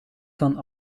van